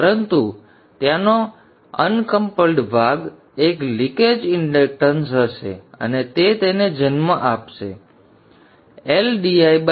પરંતુ ત્યાંનો અનકમ્પલ્ડ ભાગ એક લિકેજ ઇંડક્ટન્સ હશે અને તે તેને જન્મ આપશે અને ડ્રોપ આપશે